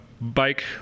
bike